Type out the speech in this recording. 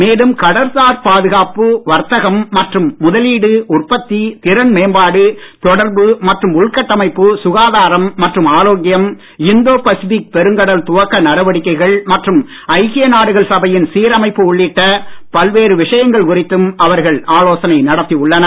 மேலும் கடல் சார் பாதுகாப்பு வர்த்தகம் மற்றும் முதலீடு உற்பத்தி திறன் மேம்பாடு தொடர்பு மற்றும் உள்கட்டமைப்பு சுகாதாரம் மற்றும் ஆரோக்கியம் இந்தோ பசுபிக் பெருங்கடல் துவக்க நடவடிக்கைகள் மற்றும் ஐக்கிய நாடுகள் சபையின் சீரமைப்பு உள்ளிட்ட பல்வேறு விசயங்கள் குறித்தும் அவர்கள் ஆலோசனை நடத்தி உள்ளனர்